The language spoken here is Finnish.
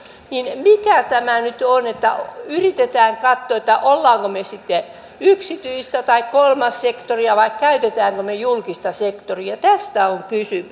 niin mikä tämä nyt on että yritetään katsoa olemmeko me sitten yksityistä tai kolmatta sektoria vai käytämmekö me me julkista sektoria tästä on